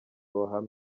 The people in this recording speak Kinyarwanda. ruhame